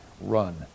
run